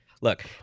Look